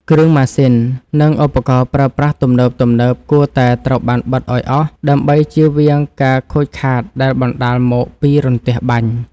គ្រឿងម៉ាស៊ីន និងឧបករណ៍ប្រើប្រាស់ទំនើបៗគួរតែត្រូវបានបិទឱ្យអស់ដើម្បីជៀសវាងការខូចខាតដែលបណ្តាលមកពីរន្ទះបាញ់។